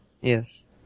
Yes